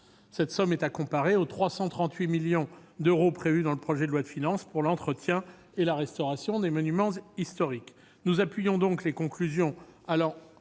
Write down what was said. Cette somme est à comparer aux 338 millions d'euros prévus dans le projet de loi de finances pour l'entretien et la restauration des monuments historiques. Nous appuyons les conclusions de